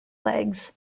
legs